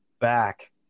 back